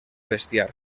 bestiar